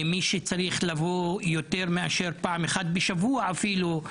מי שצריך לבוא יותר מפעם אחת בשבוע אפילו,